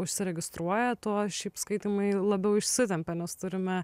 užsiregistruoja tuo šiaip skaitymai labiau išsitempia nes turime